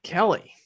Kelly